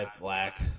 Black